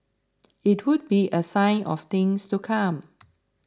it would be a sign of things to come